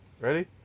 Ready